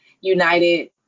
united